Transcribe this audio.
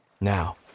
Now